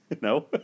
No